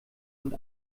und